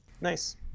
Nice